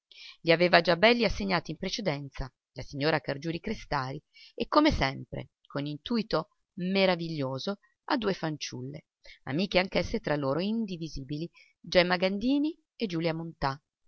i aveva già belli e assegnati in precedenza la signora cargiuri-crestari e come sempre con intuito meraviglioso a due fanciulle amiche anch'esse tra loro indivisibili gemma gandini e giulia montà